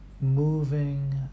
moving